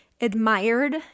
admired